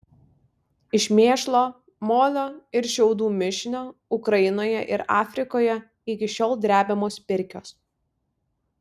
iš mėšlo molio ir šiaudų mišinio ukrainoje ir afrikoje iki šiol drebiamos pirkios